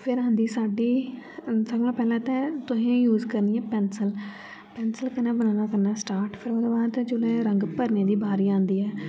फिर आंदी साड्ढी सारें थमां पैह्लें ते तुसें यूज करनी ऐ पैंसल पैंसल कन्नै बनाना करना स्टार्ट फिर ओह्दे बाद जेल्लै रंग भरने दी बारी आंदी ऐ